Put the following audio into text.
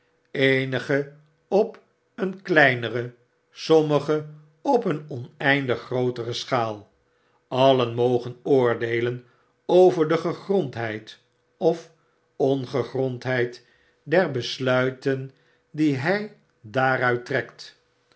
eenige op een kleinere sommige op een oneindig grootere schaal allen mogen oordeelen over de gegrondheid of ongegrondheid der besluiten die hy daaruit trekt